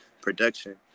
production